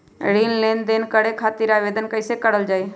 ऋण लेनदेन करे खातीर आवेदन कइसे करल जाई?